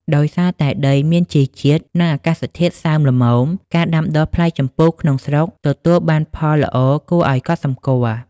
ដោយសារតែដីមានជីជាតិ និងអាកាសធាតុសើមល្មម ការដាំដុះផ្លែជម្ពូក្នុងស្រុកទទួលបានផលល្អគួរឱ្យកត់សម្គាល់។